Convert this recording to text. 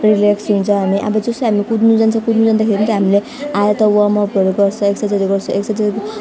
relax हुन्छ हामी अब जस्तो हामी कुद्नु जान्छ कुद्नु जाँदाखेरि चाहिँ हामीले आएर त वार्मअपहरू गर्छ एक्सर्साइज गर्छौँ एक्सर्साइज